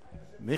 פה חוק וסדר.